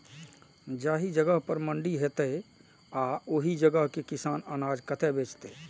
जाहि जगह पर मंडी हैते आ ओहि जगह के किसान अनाज कतय बेचते?